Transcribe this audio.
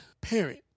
parent